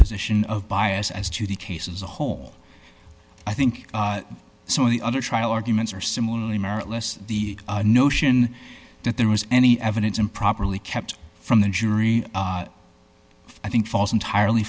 position of bias as to the case of the home i think some of the other trial arguments are similarly merit less the notion that there was any evidence improperly kept from the jury i think falls entirely